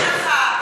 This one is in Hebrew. את והחברים שלך,